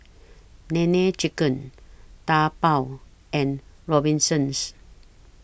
Nene Chicken Taobao and Robinsons